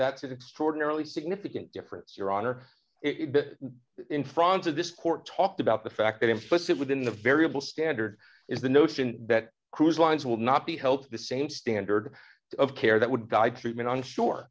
that's an extraordinarily significant difference your honor in front of this court talked about the fact that implicit within the variable standard is the notion that cruise lines will not be helped the same standard of care that would guide treatment on shore